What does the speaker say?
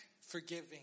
forgiving